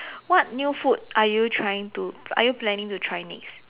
what new food are you trying to are you planning to try next